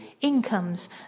incomes